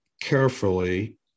carefully